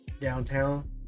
Downtown